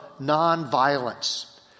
nonviolence